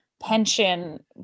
pension